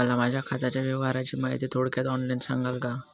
मला माझ्या खात्याच्या व्यवहाराची माहिती थोडक्यात ऑनलाईन सांगाल का?